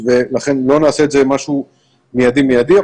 ולכן לא נעשה את זה משהו מיידי מיידי,